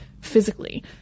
physically